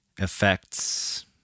affects